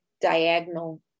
diagonal